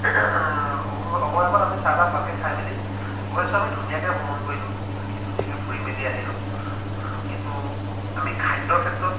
অৱশেষত আমি চাহ তা ভালকৈ খাই মেলি গৈ আছো আমি ধুনীয়াকৈ ভ্ৰমণ কৰিলোঁ বাকী ধুনীয়াকৈ ফুৰি মেলি আহিলোঁ কিন্তু আমি খাদ্যৰ ক্ষেত্ৰত